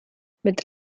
mit